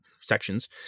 sections